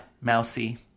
Mousy